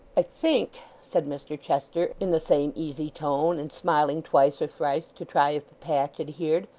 i think said mr chester, in the same easy tone, and smiling twice or thrice to try if the patch adhered